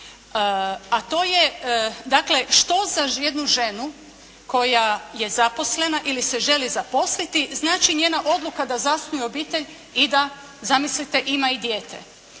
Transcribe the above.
a to je dakle što za jednu ženu koja je zaposlena ili se želi zaposliti znači njena odluka da zasnuje obitelj i da zamislite ima i dijete.